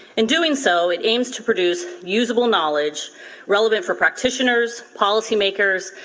in doing so, it aims to produce usable knowledge relevant for practitioners, policymakers,